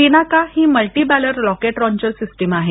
पिनाका ही multi barrel rocket launcher system आहे